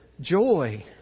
joy